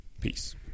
Peace